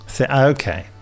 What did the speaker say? okay